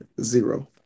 zero